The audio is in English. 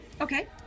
Okay